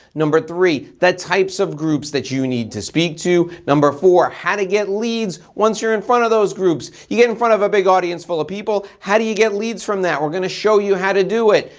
number three, the types of groups that you need to speak to. number four, how to get leads once you're in front of those groups. you get in front of a big audience full of people how do you get leads from that? we're gonna show you how to do it.